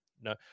No